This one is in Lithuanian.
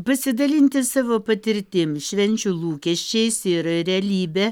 pasidalinti savo patirtim švenčių lūkesčiais ir realybe